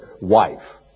wife